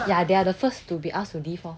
ya they are the first who will be ask to leave lor